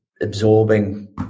absorbing